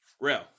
Real